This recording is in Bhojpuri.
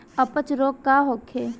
अपच रोग का होखे?